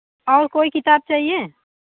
और कोई किताब चाहिए